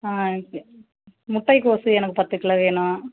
முட்டைக்கோஸு எனக்கு பத்து கிலோ வேணும்